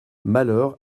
malheur